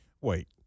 Wait